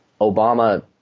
Obama